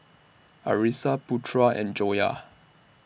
Arissa Putra and Joyah